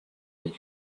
and